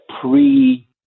pre